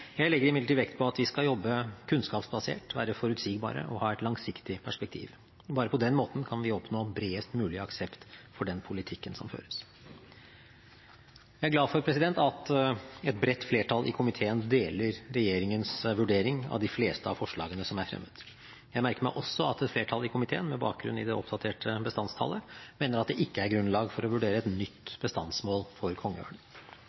Jeg legger imidlertid vekt på at vi skal jobbe kunnskapsbasert, være forutsigbare og ha et langsiktig perspektiv. Bare på den måten kan vi oppnå bredest mulig aksept for den politikken som føres. Jeg er glad for at et bredt flertall i komiteen deler regjeringens vurdering av de fleste av forslagene som er fremmet. Jeg merker meg også at et flertall i komiteen med bakgrunn i det oppdaterte bestandstallet mener det ikke er grunnlag for å vurdere et